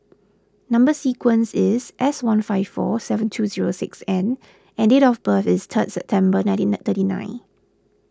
Number Sequence is S one five four seven two zero six N and date of birth is three September nineteen thirty nine